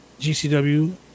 GCW